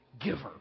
giver